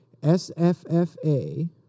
SFFA